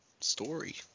story